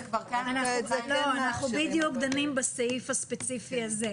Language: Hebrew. אנחנו בדיוק דנים בסעיף הספציפי הזה.